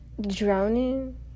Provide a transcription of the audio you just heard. Drowning